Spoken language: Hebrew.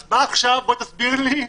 אז עכשיו בואי תסבירי לי,